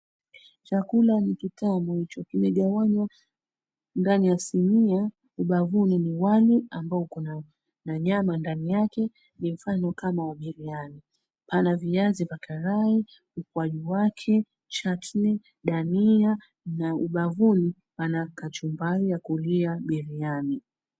Chakula ni kitamu. Kimegawanywa ndani ya sinia, ubavuni ni wali ambao uko na nyama ndani yake ni mfano kama wa biriani. Pana viazi vya karai, ukwaju wake, chutney , dania na ubavuni pana kachumbari ya kulia biriani.